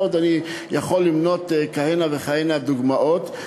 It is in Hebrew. ואני יכול למנות עוד כהנה וכהנה דוגמאות.